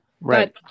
Right